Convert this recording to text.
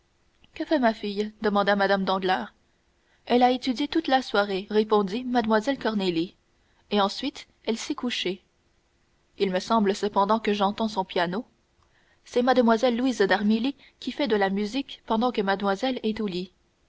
que fait ma fille demanda mme danglars elle a étudié toute la soirée répondit mlle cornélie et ensuite elle s'est couchée il me semble cependant que j'entends son piano c'est mlle louise d'armilly qui fait de la musique pendant que mademoiselle est au lit